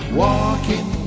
walking